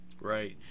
Right